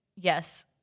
Yes